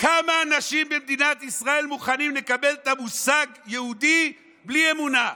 כמה אנשים במדינת ישראל מוכנים לקבל את המושג יהודי בלי אמונה?